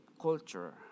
culture